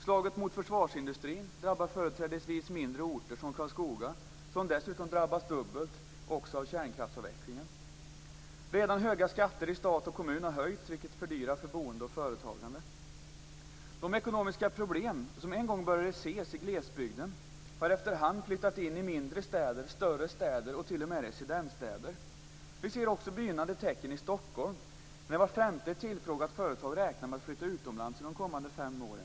Slaget mot försvarsindustrin drabbar företrädesvis mindre orter som Karlskoga, som dessutom drabbas dubbelt i och med kärnkraftsavvecklingen. Redan höga skatter till stat och kommun har höjts, vilket fördyrar boende och företagande. De ekonomiska problem som en gång började ses i glesbygden har efter hand flyttat in till större städer och t.o.m. till residensstäder. Vi ser också begynnande tecken i Stockholm, där vart femte tillfrågat företag räknar med att flytta utomlands under de kommande fem åren.